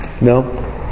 No